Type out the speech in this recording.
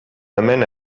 hemen